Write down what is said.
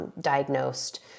diagnosed